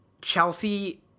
Chelsea